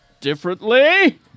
differently